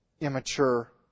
immature